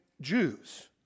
Jews